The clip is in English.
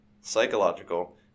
psychological